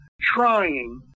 trying